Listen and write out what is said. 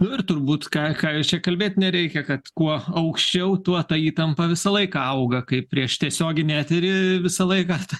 nu ir turbūt ką ką jūs čia kalbėt nereikia kad kuo aukščiau tuo ta įtampa visą laiką auga kaip prieš tiesioginį eterį visą laiką ta